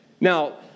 Now